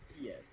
Yes